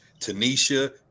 Tanisha